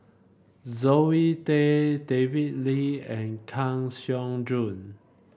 Zoe Tay David Lee and Kang Siong Joo